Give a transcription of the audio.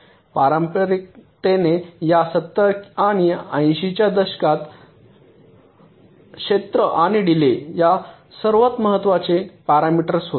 परंपरेने या 70 आणि 80 च्या दशकात क्षेत्र आणि डीले हे सर्वात महत्वाचे पॅरामीटरस होते